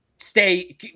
Stay